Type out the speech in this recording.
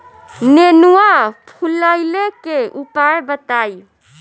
नेनुआ फुलईले के उपाय बताईं?